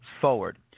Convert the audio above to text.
forward